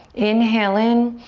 inhale in.